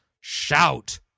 Shout